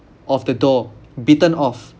of the door bitten off